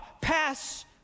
pass